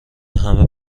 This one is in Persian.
همه